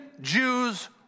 Jews